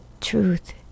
truth